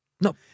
No